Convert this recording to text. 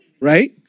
Right